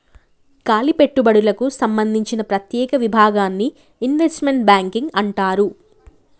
కాలి పెట్టుబడులకు సంబందించిన ప్రత్యేక విభాగాన్ని ఇన్వెస్ట్మెంట్ బ్యాంకింగ్ అంటారు